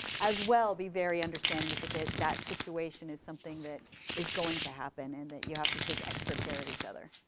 as well, be very understanding that that that situation is something that is going to happen and that you have to take extra care of each other.